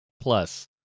plus